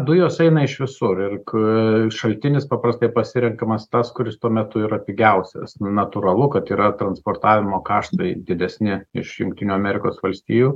dujos eina iš visur ir šaltinis paprastai pasirenkamas tas kuris tuo metu yra pigiausias natūralu kad yra transportavimo kaštai didesni iš jungtinių amerikos valstijų